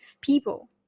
people